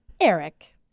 Eric